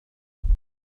yards